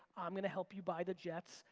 i'm gonna help you buy the jets.